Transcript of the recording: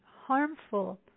harmful